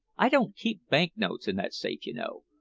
i don't keep bank notes in that safe, you know.